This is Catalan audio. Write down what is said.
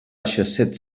set